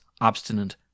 obstinate